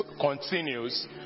continues